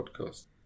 podcast